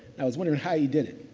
i was wondering how he did it.